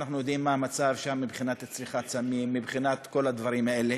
שאנחנו יודעים מה המצב שם מבחינת צריכת הסמים וכל הדברים האלה,